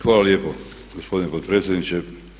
Hvala lijepo gospodine potpredsjedniče.